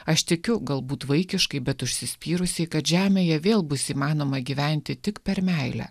aš tikiu galbūt vaikiškai bet užsispyrusi kad žemėje vėl bus įmanoma gyventi tik per meilę